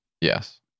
Yes